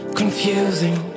confusing